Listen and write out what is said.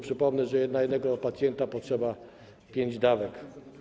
Przypomnę, że na jednego pacjenta potrzeba pięć dawek.